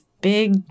big